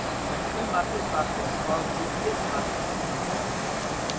capital market प्राथमिक आउर द्वितीयक मार्केट से बनल होला